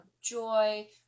joy